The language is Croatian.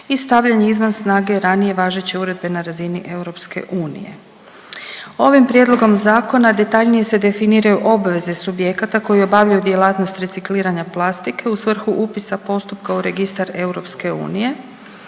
i stavljanje izvan snage ranije važeće uredbe na razini EU. Ovim prijedlogom zakona detaljnije se definiraju obveze subjekata koji obavljaju djelatnost recikliranja plastike u svrhu upisa postupka u registar